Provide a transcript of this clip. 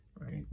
right